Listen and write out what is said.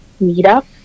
meetup